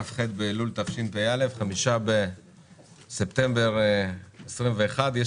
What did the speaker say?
כ"ח באלול תשפ"א 5 בספטמבר 2021. יש